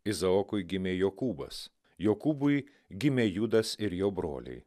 izaokui gimė jokūbas jokūbui gimė judas ir jo broliai